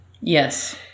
Yes